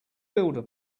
builder